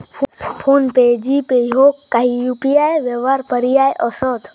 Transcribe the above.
phone पे, GPay ह्यो काही UPI व्यवहार पर्याय असत